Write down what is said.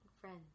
friends